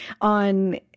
on